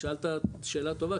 שאלת שאלה טובה,